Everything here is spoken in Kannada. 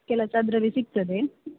ಕೆಲಸ ಅದರಲ್ಲಿ ಸಿಗ್ತದೆ